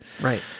Right